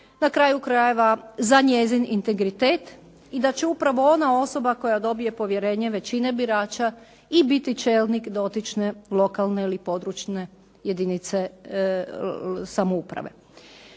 na kraju krajeva za njezin integritet i da će upravo ona osoba koja dobije povjerenje većine birača i biti čelnik dotične lokalne ili područne jedinice samouprave.